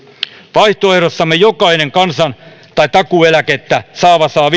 vaihtoehdossamme jokainen kansan tai takuueläkettä saava saa